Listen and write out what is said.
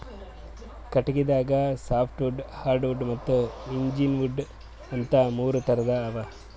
ಕಟಗಿದಾಗ softwood hardwood ಮತ್ತ್ engineered wood ಅಂತಾ ಮೂರ್ ಥರದ್ ಅವಾ